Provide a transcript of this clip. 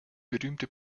berühmte